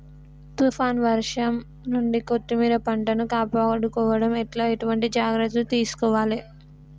తుఫాన్ వర్షం నుండి కొత్తిమీర పంటను కాపాడుకోవడం ఎట్ల ఎటువంటి జాగ్రత్తలు తీసుకోవాలే?